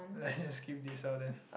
let's just skip this out then